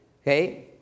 Okay